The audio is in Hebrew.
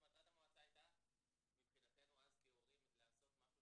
הקמת המועצה הייתה מבחינתנו כהורים, לעשות משהו